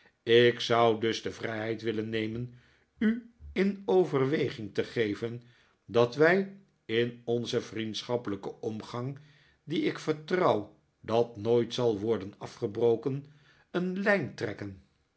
ik zou dus de vrijheid willen nemen u in overweging te geven dat wij in onzen vriendschappelijken omgang dien ik vertrouw dat nooit zal worden afgebroken een lijn trekken